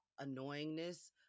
annoyingness